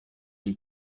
him